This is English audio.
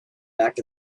back